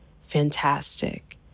fantastic